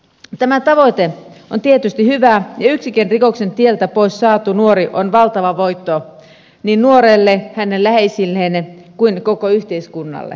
tämä tavoite on tietysti hyvä ja yksikin rikoksen tieltä pois saatu nuori on valtava voitto niin nuorelle hänen läheisilleen kuin koko yhteiskunnalle